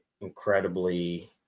incredibly